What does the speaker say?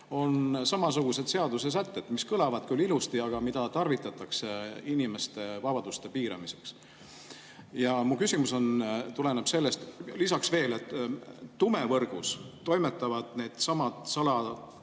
on samasugused seadusesätted, mis kõlavad küll ilusti, aga mida tarvitatakse inimeste vabaduste piiramiseks. Mu küsimus tuleneb sellest. Lisaks veel, et tumevõrgus toimetavad needsamad saladusi